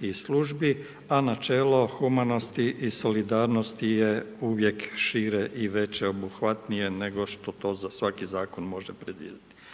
i službi, a načelo humanosti i solidarnosti je uvijek šire i veće obuhvatnije nego što to svaki zakon može predvidjeti.